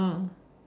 oh